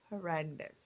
Horrendous